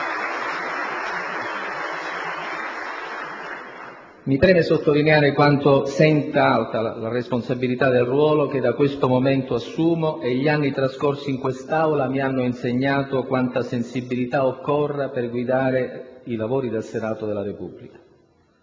Mi preme sottolineare quanto senta alta la responsabilità del ruolo che da questo momento assumo e gli anni trascorsi in quest'Aula mi hanno insegnato quanta sensibilità occorra per guidare i lavori del Senato della Repubblica.